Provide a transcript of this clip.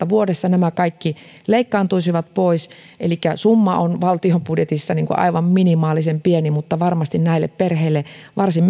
vuodessa nämä kaikki leikkaantuisivat pois elikkä summa on valtion budjetissa aivan minimaalisen pieni mutta varmasti näille perheille varsin